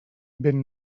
vent